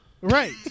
Right